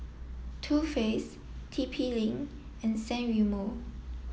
Too Faced T P link and San Remo